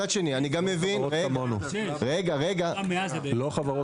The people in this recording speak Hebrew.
מצד שני, אני גם מבין --- לא ניתנו